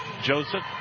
Joseph